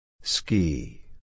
Ski